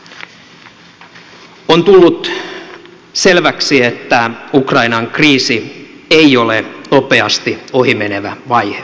on tullut selväksi että ukrainan kriisi ei ole nopeasti ohi menevä vaihe